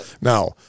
now